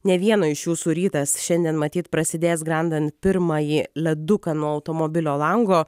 ne vieno iš jūsų rytas šiandien matyt prasidės grandant pirmąjį leduką nuo automobilio lango